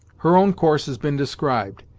her own course has been described,